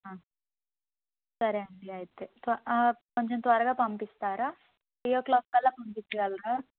సరే అండి అయితే కొంచెం త్వరగా పంపిస్తారా త్రీ ఓ క్లాక్ అలా పంపించగలరా